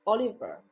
Oliver